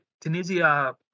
Tunisia